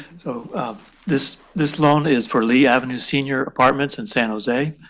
so this this loan is for leigh avenue senior apartments in san jose.